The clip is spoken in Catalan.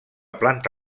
planta